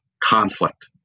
conflict